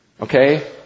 Okay